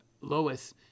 Lois